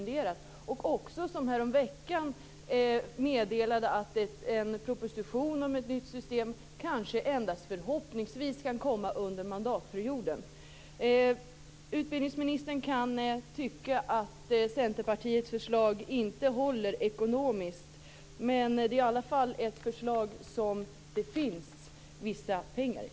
Dessutom meddelade han härom veckan att en proposition om ett nytt system kanske - endast förhoppningsvis - kan komma under mandatperioden. Utbildningsministern kan tycka att Centerpartiets förslag inte håller ekonomiskt. Men det är i alla fall ett förslag som det finns vissa pengar i.